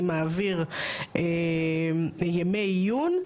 אני מעביר ימי עיון.